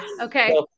okay